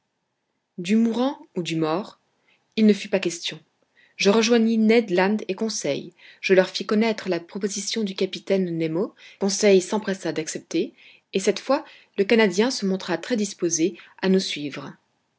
du mourant ou du mort il ne fut pas question je rejoignis ned land et conseil je leur fis connaître la proposition du capitaine nemo conseil s'empressa d'accepter et cette fois le canadien se montra très disposé à nous suivre